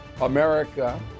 America